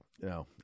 No